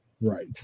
Right